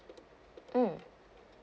mm